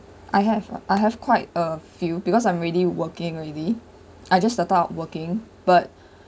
I have I have quite a few because I'm already working already I just started up working but